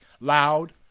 loud